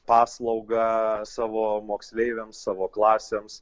paslaugą savo moksleiviams savo klasėms